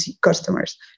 customers